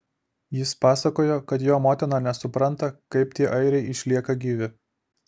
jis pasakojo kad jo motina nesupranta kaip tie airiai išlieka gyvi